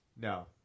No